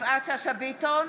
יפעת שאשא ביטון,